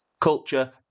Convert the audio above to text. culture